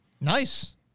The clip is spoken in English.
Nice